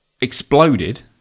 exploded